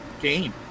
game